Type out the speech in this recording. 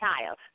child